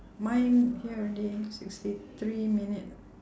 mine here already sixty three minute